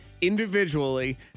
individually